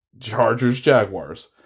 Chargers-Jaguars